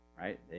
Right